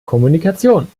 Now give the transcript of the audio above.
kommunikation